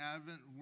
Advent